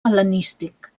hel·lenístic